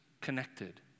connected